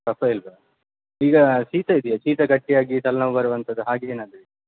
ಕಫ ಇಲ್ವ ಈಗಾ ಶೀತ ಇದೆಯಾ ಶೀತ ಗಟ್ಟಿಯಾಗಿ ತಲ್ನೋವು ಬರುವಂಥದ್ದು ಹಾಗೆ ಏನಾದರೂ ಇ